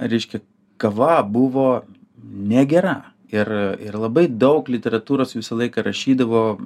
reiškia kava buvo negera ir ir labai daug literatūros visą laiką rašydavo